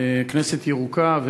"כנסת ירוקה",